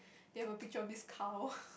they have a picture of this cow